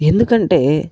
ఎందుకంటే